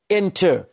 enter